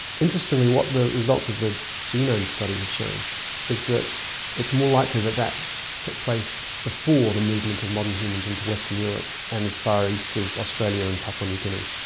interestingly what the results of the genome study have shown is that it's more likely that that took place before the movement of modern humans into western europe and as far east as australia and papua new guinea,